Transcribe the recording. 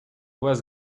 was